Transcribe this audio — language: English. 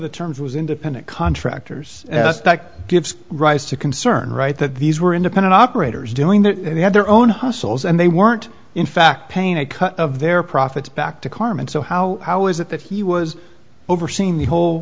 the terms was independent contractors gives rise to concern right that these were independent operators doing that they had their own hustles and they weren't in fact paying a cut of their profits back to carmen so how how is it that he was overseeing the whole